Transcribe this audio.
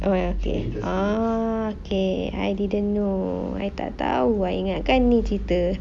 oh ya K ah K I didn't know I tak tahu I ingatkan ni cerita